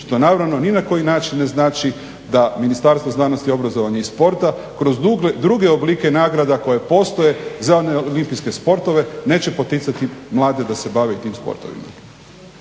Što naravno ni na koji način ne znači da Ministarstvo znanosti, obrazovanja i sporta kroz druge oblike nagrada koje postoje za one olimpijske sportove neće poticati mlade da se bave i tim sportovima.